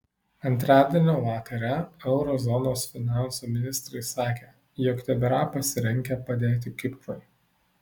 antradienio vakare euro zonos finansų ministrai sakė jog tebėra pasirengę padėti kiprui